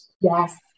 yes